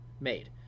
made